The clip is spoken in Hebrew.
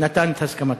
נתן את הסכמתו.